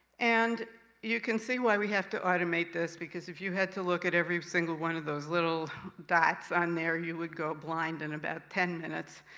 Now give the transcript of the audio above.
and you can see why we have to automate this, because if you had to look at every single one of those little dots on there, you would go blind in and about ten minutes.